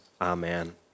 Amen